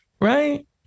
right